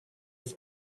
have